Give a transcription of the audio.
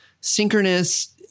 synchronous